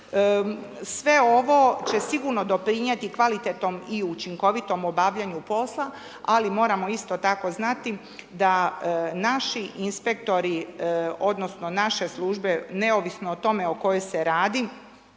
Sve ovo će sigurno doprinijeti kvalitetnom i učinkovitom obavljanju posla, ali moramo isto tako znati da naši inspektori odnosno naše službe, neovisno o tome o kojoj se radi,